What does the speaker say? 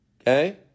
okay